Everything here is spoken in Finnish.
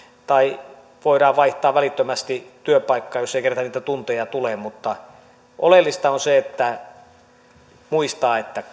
tai voidaan vaihtaa välittömästi työpaikkaa jos ei kerta niitä tunteja tule mutta oleellista on muistaa että